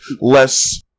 less